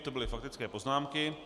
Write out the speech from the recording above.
To byly faktické poznámky.